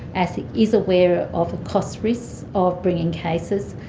asic is aware of the cost risk of bringing cases.